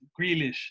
Grealish